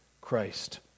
Christ